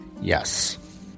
Yes